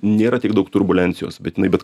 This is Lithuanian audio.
nėra tiek daug turbulencijos bet jinai bet